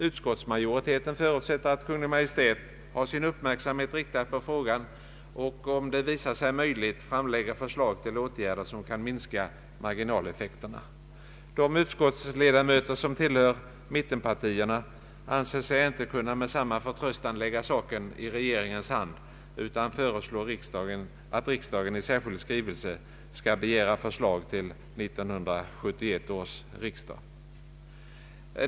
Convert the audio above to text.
Utskottsmajoriteten förutsätter att Kungl. Maj:t har sin uppmärksamhet riktad på frågan och, om det visar sig möjligt, framlägger förslag till åtgärder som kan minska marginaleffekterna. De utskottsledamöter som tillhör mittenpartierna anser sig inte med samma förtröstan kunna lägga saken i regeringens hand utan föreslår att riksdagen i särskild skrivelse till Kungl. Maj:t skall begära förslag till 1971 års riksdag.